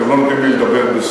והרי אתם לא נותנים לי לדבר בסוף,